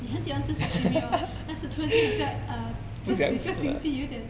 你很喜欢吃 sashimi hor 但是突然间很像这几个星期有点